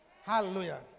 Hallelujah